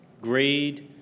greed